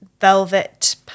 Velvet